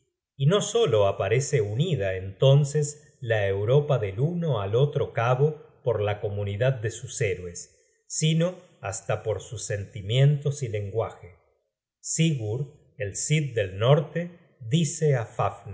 y no solo aparece unida entonces la europa del uno al otro cabo por la comunidad de sus héroes sino hasta por sus sentimientos y lenguaje sigurd el cid del norte dice á